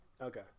Okay